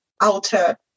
outer